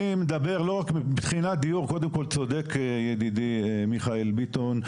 מבחינת דיור קודם כול, צודק ידידי מיכאל ביטון.